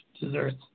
desserts